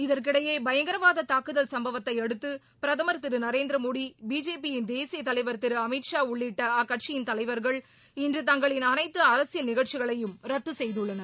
இதற்கிடையே பயங்கரவாத தாக்குதல் சம்பவத்தையடுத்து பிரதமர் திரு நரேந்திரமோடி பிஜேபியின் தேசியத் தலைவர் திரு அமித் ஷா உள்ளிட்ட அக்கட்சியின் தலைவர்கள் இன்று தங்களின் அனைத்து அரசியல் நிகழ்ச்சிகளையும் ரத்து செய்துள்ளனர்